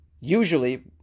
Usually